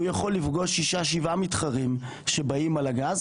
הוא יכול לפגוש שישה-שבעה מתחרים שבאים על הגז,